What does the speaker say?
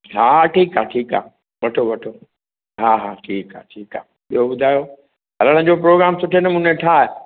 हा हा ठीकु आहे ठीकु आहे वठो वठो हा हा ठीकु आहे ठीकु आहे ॿियो ॿुधायो हलण जो प्रोग्राम सुठे नमूने ठाहे